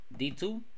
D2